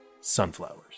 sunflowers